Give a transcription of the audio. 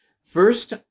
first